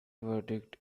verdict